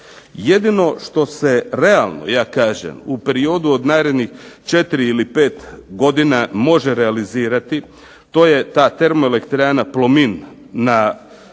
Jedino što se realno ja kažem u periodu od narednih četiri ili pet godina može realizirati to je ta termoelektrana Plomin na